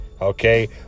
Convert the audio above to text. okay